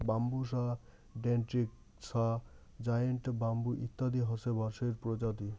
Bambusa ventricosa, giant bamboo ইত্যাদি হসে বাঁশের প্রজাতি